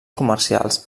comercials